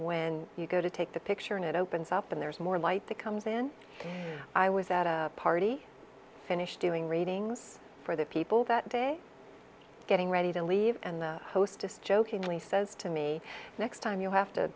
when you go to take the picture and it opens up and there's more light that comes in i was at a party finished doing readings for the people that day getting ready to leave and the hostess jokingly says to me next time you have to